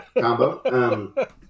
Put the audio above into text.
combo